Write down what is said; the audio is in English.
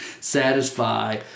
satisfy